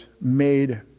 made